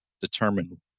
determine